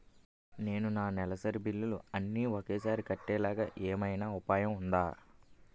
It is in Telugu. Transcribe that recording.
నేను నా నెలసరి బిల్లులు అన్ని ఒకేసారి కట్టేలాగా ఏమైనా ఉపాయం ఉందా?